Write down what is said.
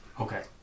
Okay